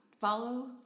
Follow